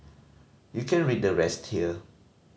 you can read the rest here